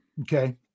Okay